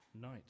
night